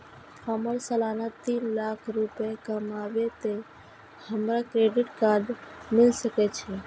हमर सालाना तीन लाख रुपए कमाबे ते हमरा क्रेडिट कार्ड मिल सके छे?